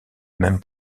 même